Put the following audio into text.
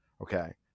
Okay